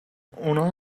اونها